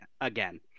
again